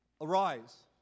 arise